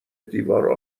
دیوار